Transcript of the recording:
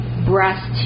breast